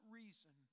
reason